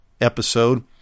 episode